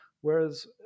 whereas